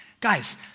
guys